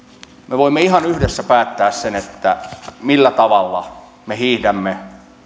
me voimme ihan yhdessä päättää sen millä tavalla me hiihdämme